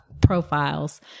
profiles